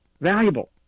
Valuable